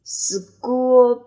school